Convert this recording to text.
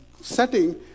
setting